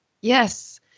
Yes